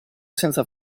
senza